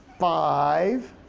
five,